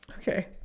Okay